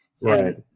Right